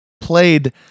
played